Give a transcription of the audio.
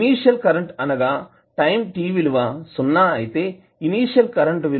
initial current అనగా time t విలువ సున్నా అయితే ఇనీషియల్ కరెంటు విలువ 4 ఆంపియర్ అవుతుంది